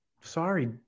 sorry